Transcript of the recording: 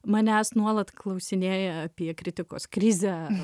manęs nuolat klausinėja apie kritikos krizę